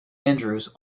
andrews